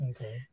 Okay